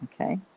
Okay